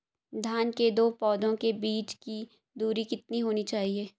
धान के दो पौधों के बीच की दूरी कितनी होनी चाहिए?